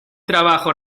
trabajo